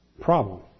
problem